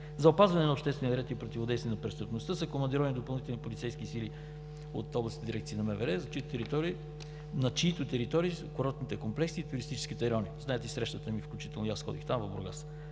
За опазване на обществения ред и противодействие на престъпността са командировани допълнителни полицейски сили от Областната дирекция на МВР, на чиито територии са курортните комплекси и туристическите райони. Знаете срещата ни в Бургас, включително и аз ходих там. Сформирани